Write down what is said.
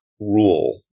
rule